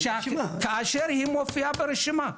כאשר היא מופיעה ברשימה,